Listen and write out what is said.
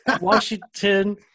Washington